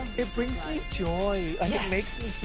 it brings me joy, and it makes me